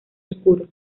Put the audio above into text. oscuro